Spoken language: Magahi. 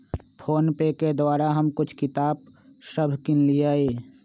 फोनपे के द्वारा हम कुछ किताप सभ किनलियइ